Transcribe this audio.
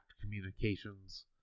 communications